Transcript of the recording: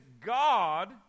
God